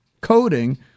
coding